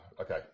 okay